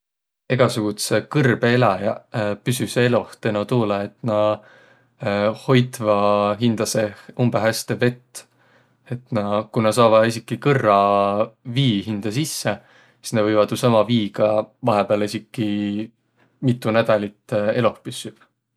Egäsugudsõq kõrbõeläjäq püsüseq eloh teno toolõ, et nä hoitvaq hindä seeh umbõ häste vett. Et na, ku na saavaq esiki kõrra vii hindä sisse, sis nä võivaq tuusama viiga vahepääl esiki mitu nädälit eloh püssüq.